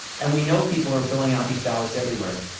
and we know people are filling out these ballots everywhere.